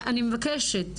אני מבקשת,